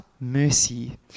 mercy